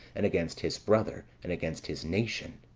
and against his brother, and against his nation.